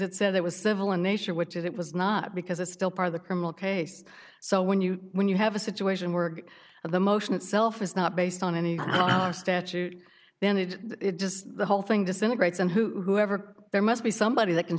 it said there was civil in nature which it was not because it's still part of the criminal case so when you when you have a situation where the motion itself is not base on any statute then it just the whole thing disintegrates and whoever there must be somebody that can